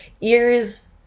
ears